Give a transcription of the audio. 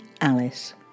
Alice